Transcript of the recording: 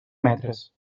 metres